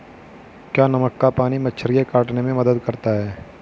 क्या नमक का पानी मच्छर के काटने में मदद करता है?